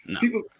people